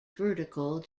vertical